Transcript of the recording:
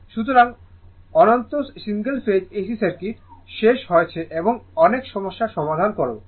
সুতরাং অন্তত single phase AC circuit শেষ হয়েছে এবং অনেক সমস্যার সমাধান করবো